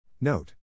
Note